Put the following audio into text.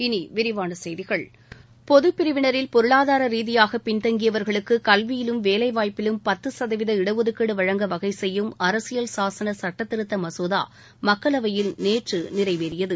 இனி விரிவான செய்திகள் பொதுப் பிரிவினரில் பொருளாதார ரீதியாக பின்தங்கியவர்களுக்கு கல்வியிலும் வேலை வாய்ப்பிலும் பத்து சதவீத இடஒதுக்கீடு வழங்க வகை செய்யும் அரசியல் சாசன சுட்டத்திருத்த மசோதா மக்களவையில் நேற்று நிறைவேறியது